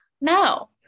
No